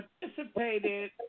participated